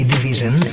Division